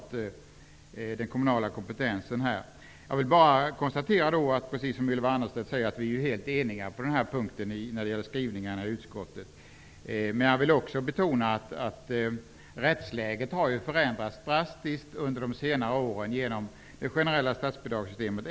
Men den kommunala kompetensen berörs ju klart i detta sammanhang. Precis som Ylva Annerstedt säger är vi helt eniga när det gäller utskottets skrivningar på den här punkten. Men jag vill också betona att rättsläget drastiskt har förändrats under de senaste åren genom det generella statsbidragssystemet.